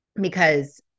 Because-